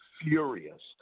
furious